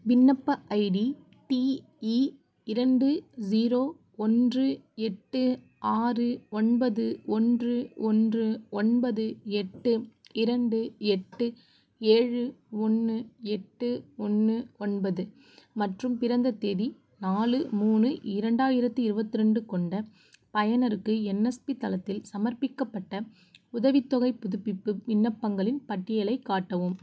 விண்ணப்ப ID T E இரண்டு zero ஒன்று எட்டு ஆறு ஒன்பது ஒன்று ஒன்று ஒன்பது எட்டு இரண்டு எட்டு ஏழு ஒன்று எட்டு ஒன்று ஒன்பது மற்றும் பிறந்த தேதி நாலு மூணு இரண்டாயிரத்தி இருபத்ரெண்டு கொண்ட பயனருக்கு என்எஸ்பி தளத்தில் சமர்ப்பிக்கப்பட்ட உதவித்தொகைப் புதுப்பிப்பு விண்ணப்பங்களின் பட்டியலைக் காட்டவும்